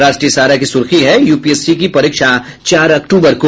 राष्ट्रीय सहारा की सुर्खी है यूपीएससी की परीक्षा चार अक्टूबर को